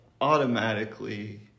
automatically